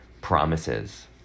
promises